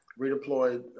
redeployed